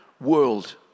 world